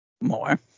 more